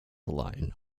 line